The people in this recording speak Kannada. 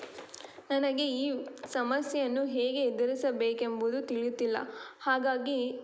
ನನಗೆ ಈ ಸಮಸ್ಯೆಯನ್ನು ಹೇಗೆ ಎದುರಿಸಬೇಕೆಂಬುದು ತಿಳಿಯುತ್ತಿಲ್ಲ ಹಾಗಾಗಿ